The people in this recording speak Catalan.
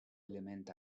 element